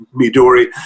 Midori